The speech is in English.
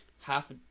half